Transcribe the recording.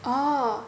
oh